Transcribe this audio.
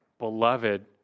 beloved